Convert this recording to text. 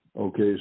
Okay